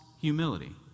humility